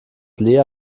lea